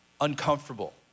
uncomfortable